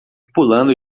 pulando